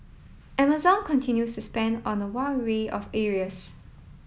Amazon continues to spend on a wide array of areas